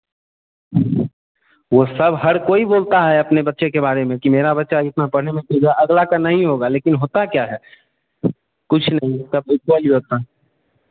वह सब हर कोई बोलता है अपने बच्चे के बारे में कि मेरा बच्चा इतना पढ़ने तेज है अगला का नहीं होगा लेकिन होता क्या है कुछ नहीं होता इक्वल ही होता